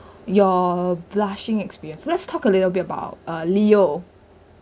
your blushing experience let's talk a little bit about uh leo